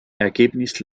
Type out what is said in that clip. ergebnis